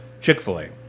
Chick-fil-A